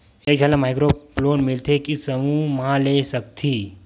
एक झन ला माइक्रो लोन मिलथे कि समूह मा ले सकती?